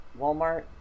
Walmart